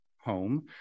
home